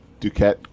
Duquette